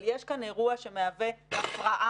אבל יש כאן אירוע שמהווה הפרעה